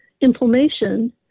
inflammation